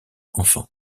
enfants